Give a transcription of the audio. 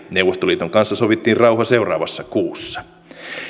neuvostoliiton kanssa sovittiin rauha seuraavassa kuussa